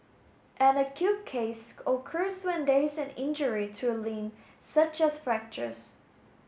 an acute case occurs when there is injury to a limb such as fractures